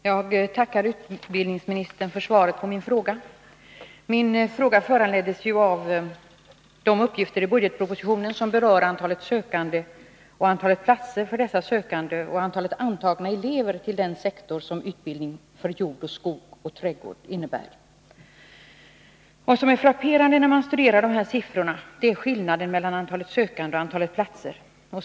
Herr talman! Jag tackar utbildningsministern för svaret på min fråga. Min fråga föranleddes av de uppgifter i budgetpropositionen som berör antalet sökande, antalet platser för dessa sökande och antalet antagna elever vid utbildningssektorn för jord, skog och trädgård. Vad som är frapperande när man studerar dessa siffror är skillnaden mellan antalet sökande och antalet platser.